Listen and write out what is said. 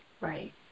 right